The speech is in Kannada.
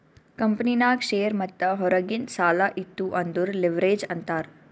ಕಂಪನಿನಾಗ್ ಶೇರ್ ಮತ್ತ ಹೊರಗಿಂದ್ ಸಾಲಾ ಇತ್ತು ಅಂದುರ್ ಲಿವ್ರೇಜ್ ಅಂತಾರ್